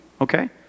okay